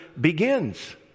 begins